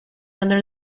under